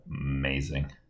Amazing